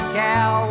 cow